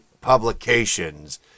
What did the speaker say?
publications